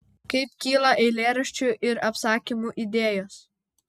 kaip kyla eilėraščių ir apsakymų idėjos